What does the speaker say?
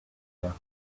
care